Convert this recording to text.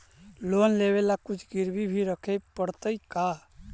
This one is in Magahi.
लोन लेबे ल कुछ गिरबी भी रखे पड़तै का?